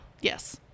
Yes